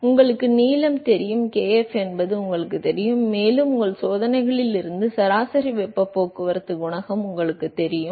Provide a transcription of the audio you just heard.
எனவே உங்களுக்கு நீளம் தெரியும் kf என்பது உங்களுக்குத் தெரியும் மேலும் உங்கள் சோதனைகளிலிருந்து சராசரி வெப்பப் போக்குவரத்து குணகம் உங்களுக்குத் தெரியும்